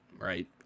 right